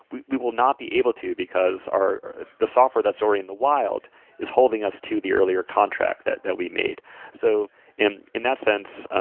we we will not be able to, because the software that's already in the wild is holding us to the earlier contract that that we made so in in that sense,